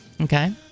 Okay